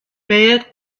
beit